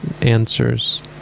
answers